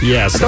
Yes